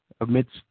amidst